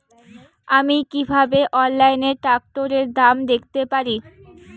আমি কিভাবে অনলাইনে ট্রাক্টরের দাম দেখতে পারি?